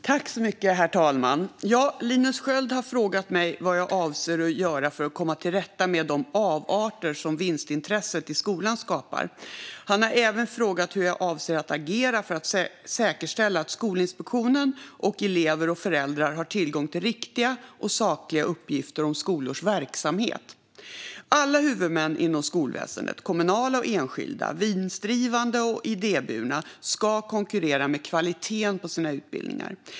Herr talman! Linus Sköld har frågat mig vad jag avser att göra för att komma till rätta med de avarter som vinstintresset i skolan skapar. Han har även frågat hur jag avser att agera för att säkerställa att Skolinspektionen och elever och föräldrar har tillgång till riktiga och sakliga uppgifter om skolors verksamhet. Alla huvudmän inom skolväsendet - kommunala och enskilda, vinstdrivande och idéburna - ska konkurrera med kvaliteten på sina utbildningar.